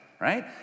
Right